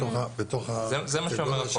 זה מה שאומר החוק.